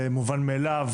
זה מובן מאליו